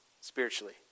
spiritually